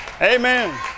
Amen